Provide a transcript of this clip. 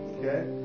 okay